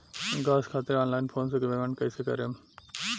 Gas खातिर online phone से payment कैसे करेम?